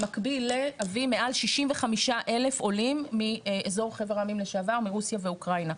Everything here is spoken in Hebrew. במקביל להביא מעל 65,000 עולים מאזור חבר העמים לשעבר-מרוסיה ואוקראינה.